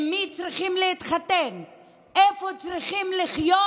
עם מי צריכים להתחתן, איפה צריכים לחיות,